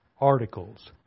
articles